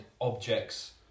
objects